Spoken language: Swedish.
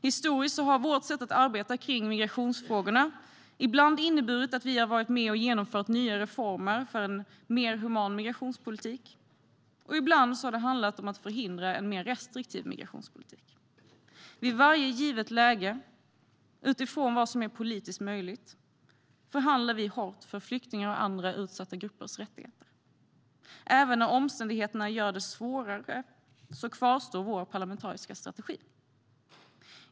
Historiskt har vårt sätt att arbeta kring migrationsfrågorna ibland inneburit att vi varit med och genomfört nya reformer för en mer human migrationspolitik, och ibland har det handlat om att förhindra en mer restriktiv migrationspolitik. Vid varje givet läge, utifrån vad som är politiskt möjligt, förhandlar vi hårt för flyktingars och andra utsatta gruppers rättigheter. Även när omständigheterna gör det svårare kvarstår vår parlamentariska strategi.